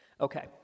Okay